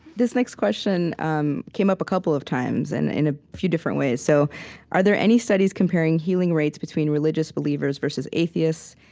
this next question um came up a couple of times and in a few different ways. so are there any studies comparing healing rates between religious believers versus atheists?